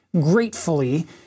Gratefully